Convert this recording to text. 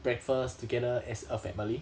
breakfast together as a family